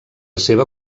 seva